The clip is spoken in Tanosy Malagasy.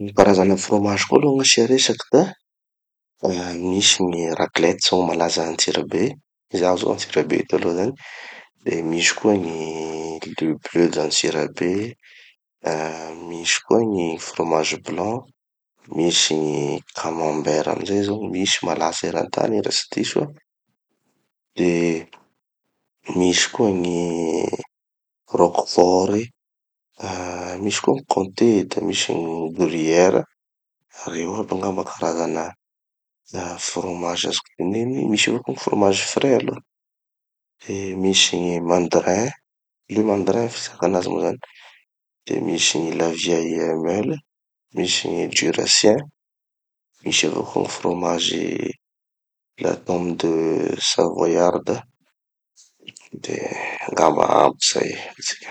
No gny karazana fromazy koa aloha gny asia resaky da ah misy gny raclette zao gny malaza antsirabe, zaho zao antsirabe eto aloha zany, de misy koa gny le bleu d'antsirabe, ah misy koa gny fromage blanc, misy gny camembert amizay zao, misy malaza eran-tany io raha tsy diso aho, de misy koa gny roquefort, ah misy koa gny comté da misy gny gruyère. Reo aby angamba gny karazana ah fromazy azoko teneny. Misy avao koa gny fromage frais aloha, de misy gny mandrin, le mandrin gny fizakana anazy moa zany, de misy gny la vielle <not understood>, misy gny duracien, misy avao koa gny fromages la tomme de savoyarde. De angamba ampy zay.